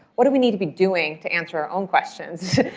what do we need to be doing to answer our own questions?